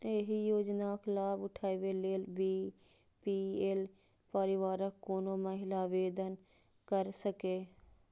एहि योजनाक लाभ उठाबै लेल बी.पी.एल परिवारक कोनो महिला आवेदन कैर सकैए